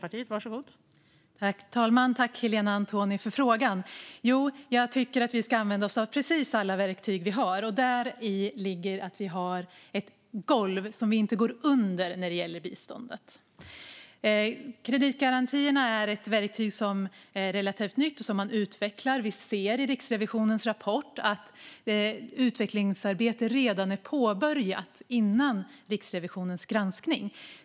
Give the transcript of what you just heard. Fru talman! Jag tackar Helena Antoni för frågan. Jo, jag tycker att vi ska använda oss av precis alla verktyg vi har. Däri ligger att vi har ett golv som vi inte går under när det gäller biståndet. Kreditgarantierna är ett verktyg som är relativt nytt och som man utvecklar. Vi ser i Riksrevisionens rapport att utvecklingsarbete påbörjats redan före Riksrevisionens granskning.